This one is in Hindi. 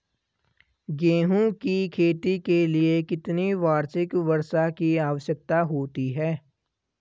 गेहूँ की खेती के लिए कितनी वार्षिक वर्षा की आवश्यकता होती है?